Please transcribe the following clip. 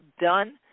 done